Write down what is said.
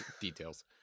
details